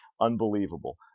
Unbelievable